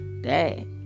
Dad